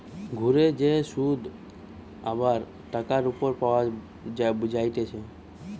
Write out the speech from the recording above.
ঘুরে যে শুধ আবার টাকার উপর পাওয়া যায়টে